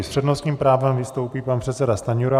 S přednostním právem vystoupí pan předseda Stanjura.